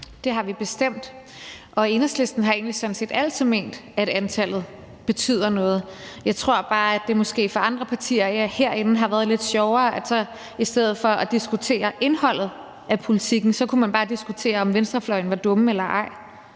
Det har vi bestemt. Og Enhedslisten har sådan set altid ment, at antallet betyder noget. Jeg tror bare, det måske for andre partier herinde har været lidt sjovere i stedet for at diskutere indholdet af politikken så bare at diskutere, om venstrefløjen var dumme eller ej.